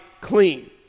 clean